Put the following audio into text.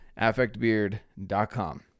affectbeard.com